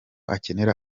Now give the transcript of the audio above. akenera